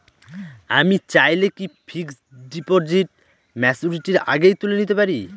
আমি চাইলে কি ফিক্সড ডিপোজিট ম্যাচুরিটির আগেই তুলে নিতে পারি?